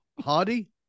Hardy